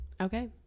Okay